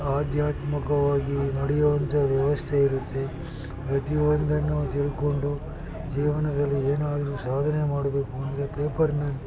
ಆಧ್ಯಾತ್ಮಿಕವಾಗಿ ನಡೆಯುವಂಥ ವ್ಯವಸ್ಥೆ ಇರುತ್ತೆ ಪ್ರತಿಯೊಂದನ್ನೂ ತಿಳ್ಕೊಂಡು ಜೀವನದಲ್ಲಿ ಏನಾದ್ರೂ ಸಾಧನೆ ಮಾಡಬೇಕು ಅಂದರೆ ಪೇಪರಿನಲ್ಲಿ